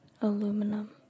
aluminum